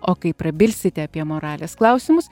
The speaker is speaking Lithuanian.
o kai prabilsite apie moralės klausimus